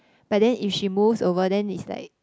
but then if she moves over then it's like